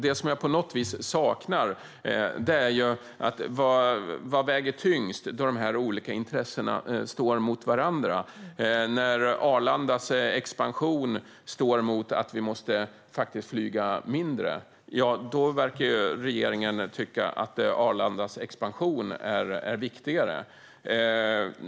Det som jag saknar är vad som ska väga tyngst av de olika intressena när de står mot varandra. När Arlandas expansion står mot att vi faktiskt måste flyga mindre verkar regeringen tycka att Arlandas expansion är viktigare.